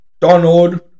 Donald